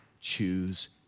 choose